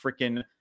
freaking